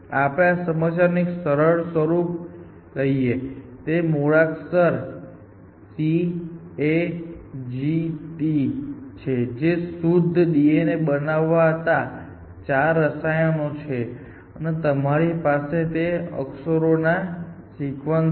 આપણે આ સમસ્યાનું એક સરળ સ્વરૂપ લઈએ છીએ તેમાં મૂળાક્ષર C A G T છે જે શુદ્ધ DNA બનાવતા 4 રસાયણો છે અને તમારી પાસે તે અક્ષરોનો સિક્વન્સ છે